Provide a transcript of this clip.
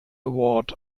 award